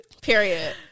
period